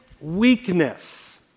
weakness